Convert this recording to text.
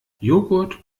joghurt